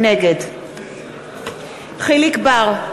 נגד יחיאל חיליק בר,